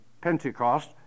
Pentecost